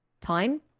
time